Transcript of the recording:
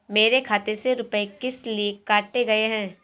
मेरे खाते से रुपय किस लिए काटे गए हैं?